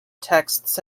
texts